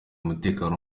umutekano